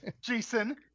Jason